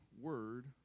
word